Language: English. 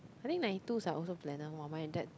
I think ninety twos are also planner !wah! my that